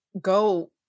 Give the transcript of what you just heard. go